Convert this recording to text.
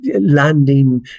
landing